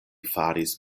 faris